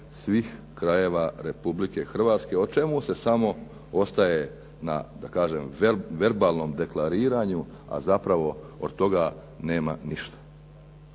svih krajeva Republike Hrvatske o čemu se samo ostaje na da kažem verbalnom deklariranju a zapravo od toga nema ništa.